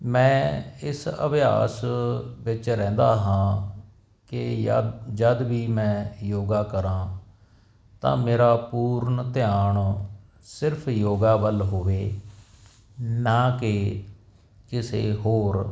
ਮੈਂ ਇਸ ਅਭਿਆਸ ਵਿੱਚ ਰਹਿੰਦਾ ਹਾਂ ਕਿ ਜ ਜਦ ਵੀ ਮੈਂ ਯੋਗਾ ਕਰਾਂ ਤਾਂ ਮੇਰਾ ਪੂਰਨ ਧਿਆਨ ਸਿਰਫ ਯੋਗ ਹੈ ਵੱਲ ਹੋਵੇ ਨਾ ਕਿ ਕਿਸੇ ਹੋਰ